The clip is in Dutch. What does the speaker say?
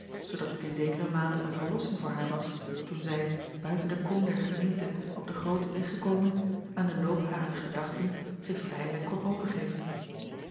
zoodat het in zekere mate een verlossing voor haar was toen zij buiten de kom der gemeente op den grooten weg gekomen aan den loop harer gedachten zich vrijelijk kon overgeven